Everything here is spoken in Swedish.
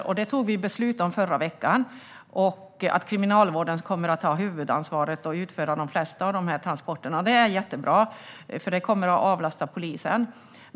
Förra veckan tog riksdagen beslut om att Kriminalvården kommer att ha huvudansvaret och utföra de flesta av dessa transporter. Det är jättebra, för det kommer att avlasta polisen.